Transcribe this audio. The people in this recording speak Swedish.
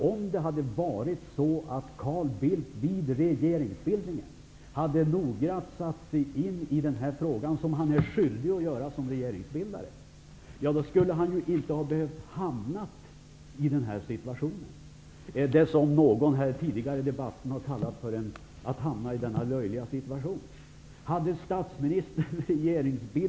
Om Carl Bildt vid regeringsbildningen noggrant hade satt sig in i denna fråga -- som han som regeringsbildare är skyldig att göra -- hade han inte behövt hamna i denna situation, eller som någon tidigare i debatten uttryckte det: behövt hamna i denna löjliga situation.